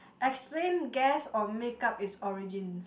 explain guess or make up its origins